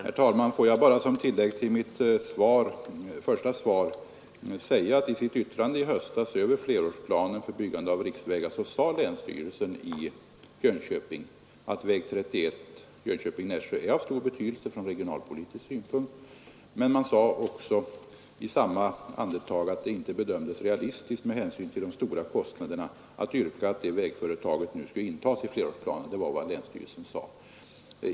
Herr talman! Får jag bara som tillägg till mitt första svar säga, att i sitt yttrande i höstas över flerårsplanen för byggande av riksvägar framhöll länsstyrelsen i Jönköping att väg 31 Jönköping—Nässjö är av stor betydelse från regionalpolitisk synpunkt. Länsstyrelsen sade dock i samma andedrag att det inte bedömts realistiskt med hänsyn till de stora kostnaderna att yrka att nämnda företag nu intages i flerårsplanerna. Det var vad länsstyrelsen sade.